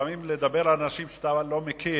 לפעמים גם אם מדובר על אנשים שאתה לא מכיר,